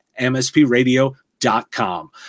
mspradio.com